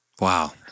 Wow